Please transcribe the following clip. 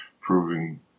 proving